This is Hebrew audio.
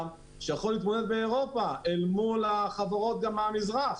שיכול להתמודד באירופה מול החברות מהמזרח.